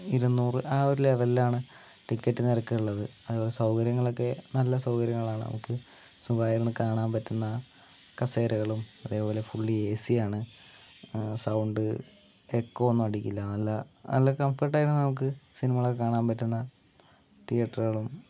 ഇരുന്നൂറ് ആ ഒരു ലെവലിൽ ആണ് ടിക്കറ്റ് നിരക്ക് ഉള്ളത് അതുപോലെ സൗകര്യങ്ങളൊക്കെ നല്ല സൗകര്യങ്ങളാണ് നമുക്ക് സുഖമായിരുന്നു കാണാൻ പറ്റുന്ന കസേരകളും അതേപോലെ ഫുള്ളി എ സി ആണ് സൗണ്ട് എക്കോ ഒന്നും അടിക്കില്ല നല്ല നല്ല കംഫർട്ട് ആയിരുന്ന് നമുക്ക് സിനിമകളൊക്കെ കാണാൻ പറ്റുന്ന തീയേറ്ററുകളും